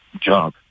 job